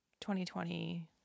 2020